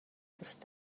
دوست